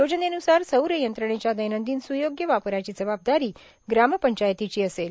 योजनेनुसार सौर यंत्रणेच्या दैनंदिन सुयोग्य वापराची जबाबदारी ग्रामपंचायतीची असेल